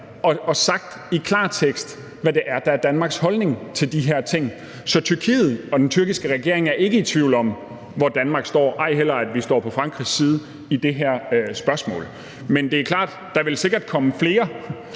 tekst har sagt, hvad det er, der er Danmarks holdning til de her ting. Så Tyrkiet og den tyrkiske regering er ikke i tvivl om, hvor Danmark står, og ej heller, at vi står på Frankrigs side i det her spørgsmål. Men det er klart, at der sikkert vil komme